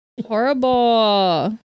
horrible